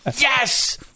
Yes